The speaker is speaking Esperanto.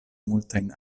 multajn